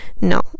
No